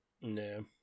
No